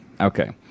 Okay